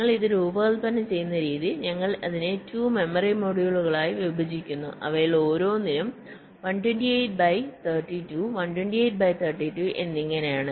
ഞങ്ങൾ ഇത് രൂപകല്പന ചെയ്യുന്ന രീതി ഞങ്ങൾ അതിനെ 2 മെമ്മറി മൊഡ്യൂളുകളായി വിഭജിക്കുന്നു അവയിൽ ഓരോന്നിനും 128 ബൈ 32 128ബൈ 32 എന്നിങ്ങനെയാണ്